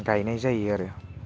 गायनाय जायो आरो